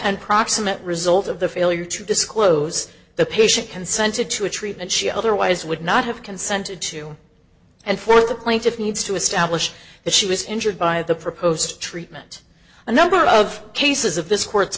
and proximate result of the failure to disclose the patient consented to a treatment she otherwise would not have consented to and for the plaintiff needs to establish that she was injured by the proposed treatment a number of cases of this court